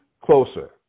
closer